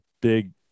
big